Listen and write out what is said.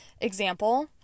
example